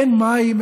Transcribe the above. אין מים,